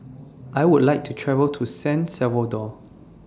I Would like to travel to San Salvador